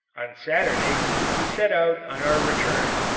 on saturday we set out on our return,